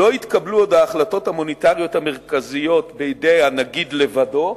לא יתקבלו עוד ההחלטות המוניטריות המרכזיות על-ידי הנגיד לבדו,